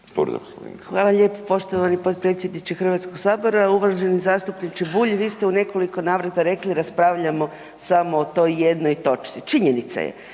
Hvala lijepo poštovani potpredsjedniče Hrvatskog sabora. Uvaženi zastupniče Bulj, vi ste u nekoliko navrata rekli, raspravljamo samo o toj jednoj točci. Činjenica je,